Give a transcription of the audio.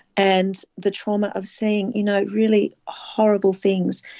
and the trauma of seeing you know really horrible things,